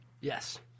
Yes